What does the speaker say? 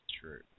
true